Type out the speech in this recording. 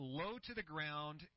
low-to-the-ground